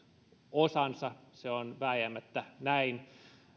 osansa se on vääjäämättä näin